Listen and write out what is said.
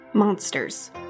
Monsters